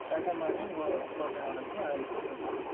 Sunday morning ಕೋಟೆ ನೋಡೋಕ್ಕೆ ಇದು ಹೋದರಾಯಿತು